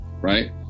right